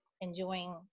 enjoying